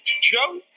Joe